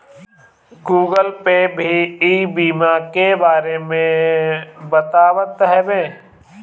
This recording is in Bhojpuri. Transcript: गूगल पे भी ई बीमा के बारे में बतावत हवे